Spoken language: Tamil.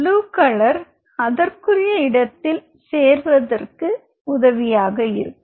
ப்ளூ கலர் அதற்குரிய இடத்தில் சேர்வதற்கு உதவியாக இருக்கும்